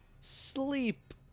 Sleep